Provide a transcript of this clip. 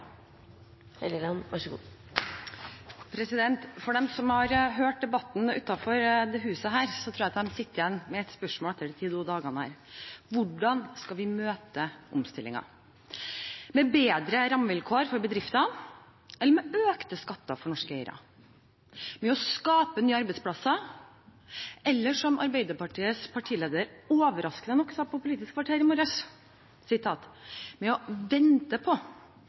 eller med økte skatter for norske eiere, med å skape nye arbeidsplasser, eller som Arbeiderpartiets partileder overraskende nok sa på Politisk kvarter i morges, med å vente på